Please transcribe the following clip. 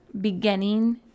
beginning